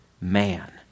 man